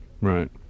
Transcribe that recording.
Right